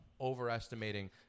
overestimating